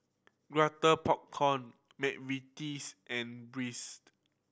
Popcorn McVitie's and Breeze